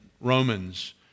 Romans